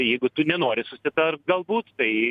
jeigu tu nenori susitart galbūt tai